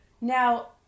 now